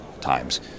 times